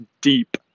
deep